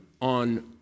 on